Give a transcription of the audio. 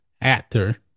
actor